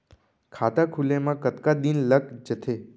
खाता खुले में कतका दिन लग जथे?